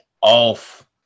off